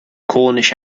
cornish